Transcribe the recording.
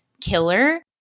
killer